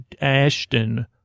Ashton